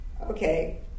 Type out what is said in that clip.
Okay